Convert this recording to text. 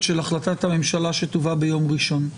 של החלטת הממשלה שתובא ביום ראשון.